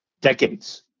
decades